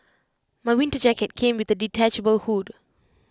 my winter jacket came with A detachable hood